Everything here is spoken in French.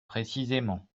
précisément